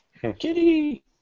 Kitty